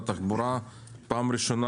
רמת התחבורה הציבורית בישראל היא